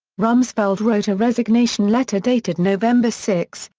rumsfeld wrote a resignation letter dated november six,